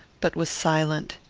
but was silent.